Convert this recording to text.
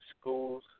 schools